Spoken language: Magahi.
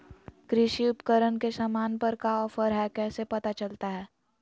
कृषि उपकरण के सामान पर का ऑफर हाय कैसे पता चलता हय?